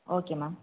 okay ma'am